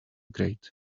grate